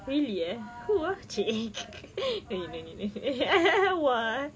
really eh who ah !chey! no need no need !wah!